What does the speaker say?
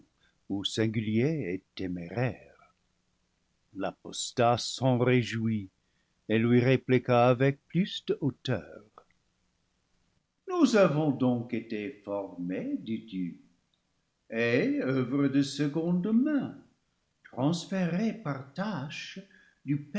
ou singulier et téméraire l'apostat s'en réjouit et lui répliqua avec plus de hauteur nous avons donc été formés dis-tu et oeuvre de seconde main transférés par tâche du